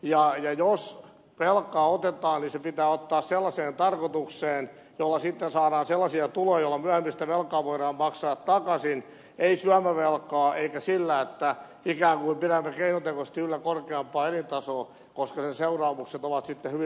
jos velkaa otetaan se pitää ottaa sellaiseen tarkoitukseen jolla sitten saadaan sellaisia tuloja joilla myöhemmin sitä velkaa voidaan maksaa takaisin ei syömävelkaa eikä sitä että ikään kuin pidämme keinotekoisesti yllä korkeampaa elintasoa koska sen seuraamukset ovat sitten hyvin vaikeat